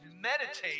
meditate